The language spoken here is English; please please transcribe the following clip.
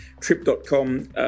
Trip.com